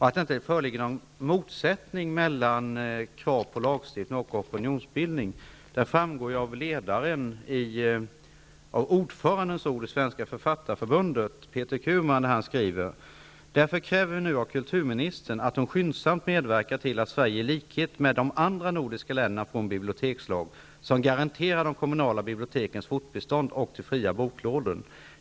Att det inte föreligger någon motsättning mellan krav på lagstiftning och opinionsbildning framgår av ordförandens ord i Sveriges författarförbunds tidskrift Författaren. Peter Curman skriver där följande: ''Därför kräver vi nu av kulturministern att hon skyndsamt medverkar till att Sverige i likhet med de andra nordiska länderna får en bibliotekslag, som garanterar de kommunala bibliotekens fortbestånd och de fria boklånen.